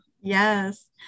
Yes